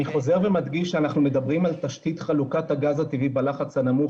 חוזר ומדגיש שאנחנו מדברים על תשתית חלוקת הגז הטבעי בלחץ הנמוך,